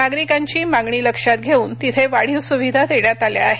नागरिकांची मागणी लक्षात घेऊन तिथे वाढीव सुविधा देण्यात आल्या आहेत